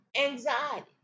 anxiety